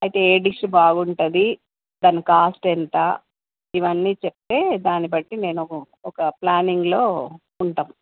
అయితే ఏ డిష్ బాగుంటుంది దాని కాస్ట్ ఎంత ఇవన్నీ చెప్తే దాని బట్టి మేము ఒక ప్లానింగ్లో ఉంటాం